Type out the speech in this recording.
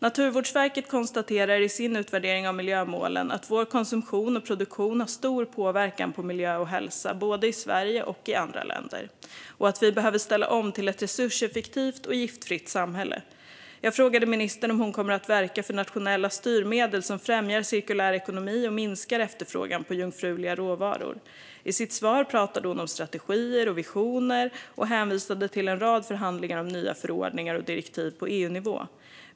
Naturvårdsverket konstaterar i sin utvärdering av miljömålen att vår konsumtion och produktion har stor påverkan på miljö och hälsa både i Sverige och i andra länder. Vi behöver ställa om till ett resurseffektivt och giftfritt samhälle. Jag frågade ministern om hon kommer att verka för nationella styrmedel som främjar cirkulär ekonomi och minskar efterfrågan på jungfruliga råvaror. I sitt svar pratade hon om strategier och visioner, och hon hänvisade till en rad förhandlingar om nya förordningar och direktiv på EUnivå.